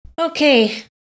Okay